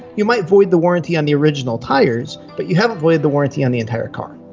you might void the warranty on the original tyres, but you haven't voided the warranty on the entire car.